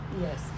yes